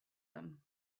them